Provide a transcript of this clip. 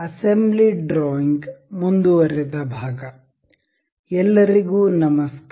assembly drawing ಮುಂದುವರೆದ ಎಲ್ಲರಿಗೂ ನಮಸ್ಕಾರ